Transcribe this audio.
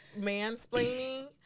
mansplaining